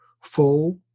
full